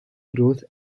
growth